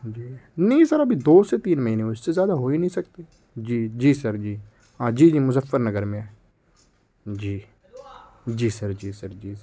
جی نہیں سر ابھی دو سے تین مہینے ہوئے اس سے زیادہ ہو ہی نہیں سکتے جی جی سر جی ہاں جی جی مظفر نگر میں ہے جی جی سر جی سر جی سر